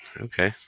okay